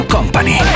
Company